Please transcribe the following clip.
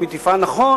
אם היא תפעל נכון,